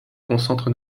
concentre